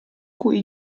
cui